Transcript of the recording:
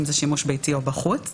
האם זה שימוש ביתי או בחוץ,